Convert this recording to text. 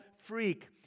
freak